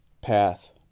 path